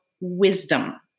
wisdom